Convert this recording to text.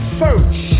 search